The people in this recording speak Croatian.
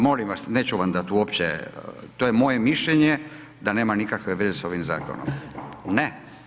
Molim vas, neću vam dat uopće to je moje mišljenje da nema nikakve veze s ovim zakonom, ne.